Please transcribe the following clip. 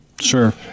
Sure